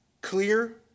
clear